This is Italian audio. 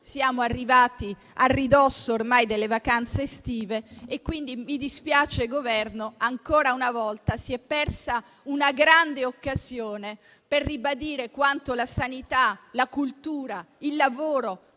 siamo arrivati a ridosso ormai delle vacanze estive. Quindi mi dispiace, Governo, ancora una volta si è persa una grande occasione per ribadire quanto la sanità, la cultura, il lavoro,